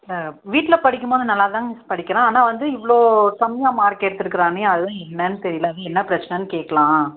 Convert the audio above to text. வீட்டில் படிக்கும்போது நல்லாதான்ங்க மிஸ் படிக்கிறான் ஆனால் வந்து இவ்வளோ கம்மியாக மார்க் எடுத்துருக்கிறானே அதான் என்னென்னு தெரியல அதான் என்ன பிரச்சனைனு கேட்கலாம்